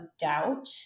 doubt